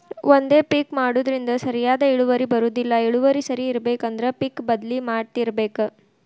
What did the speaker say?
ಒಂದೇ ಪಿಕ್ ಮಾಡುದ್ರಿಂದ ಸರಿಯಾದ ಇಳುವರಿ ಬರುದಿಲ್ಲಾ ಇಳುವರಿ ಸರಿ ಇರ್ಬೇಕು ಅಂದ್ರ ಪಿಕ್ ಬದ್ಲಿ ಮಾಡತ್ತಿರ್ಬೇಕ